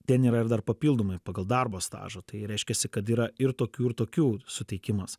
ten yra ir dar papildomai pagal darbo stažą tai reiškiasi kad yra ir tokių ir tokių suteikimas